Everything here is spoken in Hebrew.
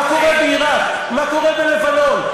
היא זכתה לתמיכת הממשלה בהתניות.